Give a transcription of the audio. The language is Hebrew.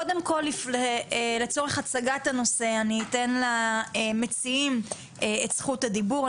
קודם כל לצורך הצגת הנושא אני אתן למציעים את זכות הדיבור,